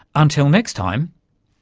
until next time,